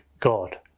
God